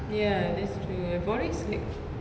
ya that's true eh always like